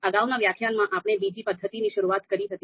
અગાઉના વ્યાખ્યાનમાં આપણે બીજી પદ્ધતિની શરૂઆત કરી હતી